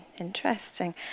interesting